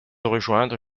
rejoindre